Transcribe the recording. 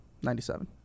97